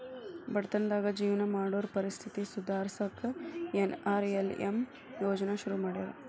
ಬಡತನದಾಗ ಜೇವನ ಮಾಡೋರ್ ಪರಿಸ್ಥಿತಿನ ಸುಧಾರ್ಸಕ ಎನ್.ಆರ್.ಎಲ್.ಎಂ ಯೋಜ್ನಾ ಶುರು ಮಾಡ್ಯಾರ